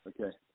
okay